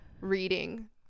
reading